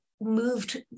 moved